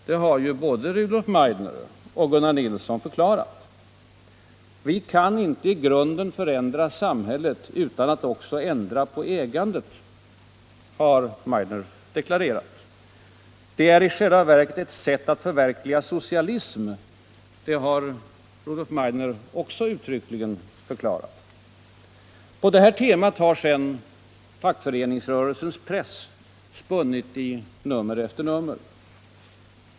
Det har både Rudolf Meidner och Gunnar Nilsson förklarat. ”Vi kan inte i grunden förändra samhället utan att också ändra på ägandet”, har Meidner deklarerat. ”Det är i själva verket ett sätt att förverkliga socialism”, har han också uttryckligen förklarat. På detta tema har sedan fackföreningsrörelsens press spunnit i nummer efter nummer.